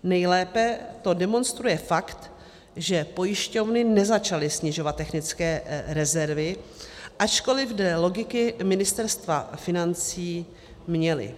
Nejlépe to demonstruje fakt, že pojišťovny nezačaly snižovat technické rezervy, ačkoli dle logiky Ministerstva financí měly.